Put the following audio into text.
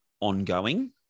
ongoing